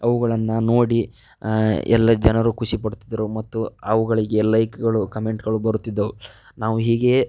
ಅವುಗಳನ್ನ ನೋಡಿ ಎಲ್ಲ ಜನರು ಖುಷಿಪಡುತ್ತಿದ್ದರು ಮತ್ತು ಅವುಗಳಿಗೆ ಲೈಕ್ಗಳು ಕಮೆಂಟ್ಗಳು ಬರುತ್ತಿದ್ದವು ನಾವು ಹೀಗೆಯೇ